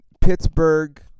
Pittsburgh